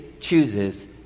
chooses